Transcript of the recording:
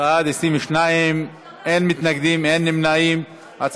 לשדרות ויישובי הנגב המערבי (הוראת שעה) (תיקון מס' 6)